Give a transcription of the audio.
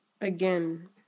Again